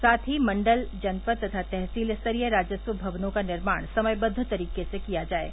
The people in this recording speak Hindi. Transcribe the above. साथ ही मण्डल जनपद तथा तहसील स्तरीय राजस्व भवनों का निर्माण समयबद्द तरीके से किया जाये